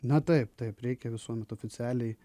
na taip taip reikia visuomet oficialiai